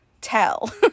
tell